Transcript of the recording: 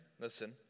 listen